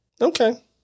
Okay